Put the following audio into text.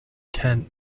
tent